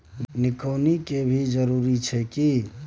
निकौनी के भी जरूरी छै की?